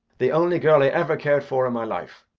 the only girl i ever cared for in my life.